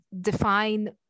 define